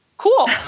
cool